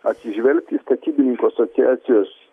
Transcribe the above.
atsižvelgti į statybininkų asociacijos